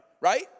right